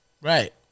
right